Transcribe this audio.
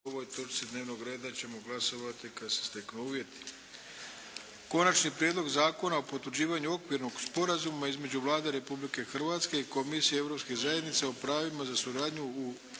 ovoj točci dnevnog reda. Glasovati ćemo kada se steknu uvjeti. **Šeks, Vladimir (HDZ)** Konačni prijedlog Zakona o potvrđivanju Okvirnog sporazuma između Vlade Republike Hrvatske i Komisije europskih zajednica o pravima za suradnju u